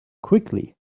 quickly